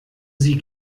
sie